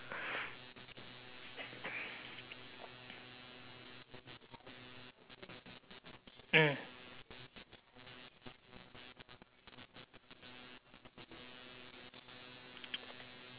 mm